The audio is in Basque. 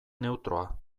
neutroa